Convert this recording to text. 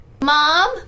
Mom